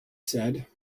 said